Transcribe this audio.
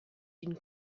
d’une